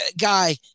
Guy